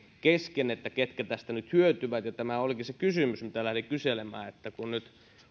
kesken ketkä tästä nyt hyötyvät tämä olikin se kysymys mitä lähdin kyselemään kun nyt